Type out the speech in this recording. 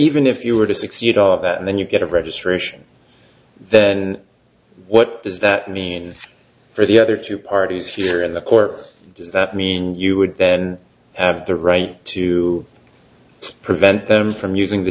even if you were to succeed all of that and then you get a registration then what does that mean for the other two parties here in the court does that mean you would then have the right to prevent them from using the